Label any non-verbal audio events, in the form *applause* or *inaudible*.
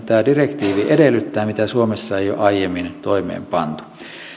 *unintelligible* tämä direktiivi edellyttää mitä suomessa ei ole aiemmin toimeenpantu